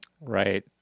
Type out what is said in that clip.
Right